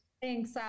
Thanks